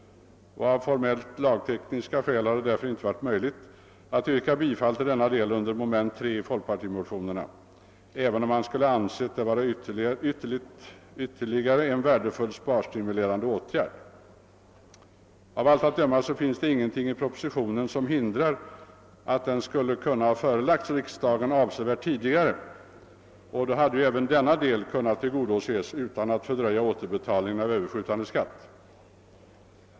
Av formellt lagtekniska skäl har det därför inte varit möjligt att yrka bifall till denna del under mom. 3 i det motionspar som väckts av folkpartiet, även om man skulle anse att detta hade varit en ytterligare sparstimulerande åtgärd. Av allt att döma finns ingenting i propositionen som hindrar att den skulle ha kunnat föreläggas riksdagen avsevärt tidigare. Då hade även denna del kunnat tillgodoses utan att därmed fördröja återbetalningen av överskjutande skatt.